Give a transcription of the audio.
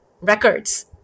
records